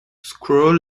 schulze